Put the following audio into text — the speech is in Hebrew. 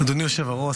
אדוני היושב-ראש,